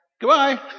Goodbye